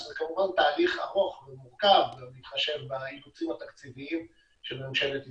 זה כמובן תהליך ארוך ומורכב בהתחשב באילוצים התקציביים של ממשלת ישראל.